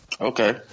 okay